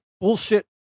bullshit